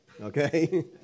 Okay